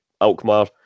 Alkmaar